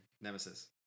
Nemesis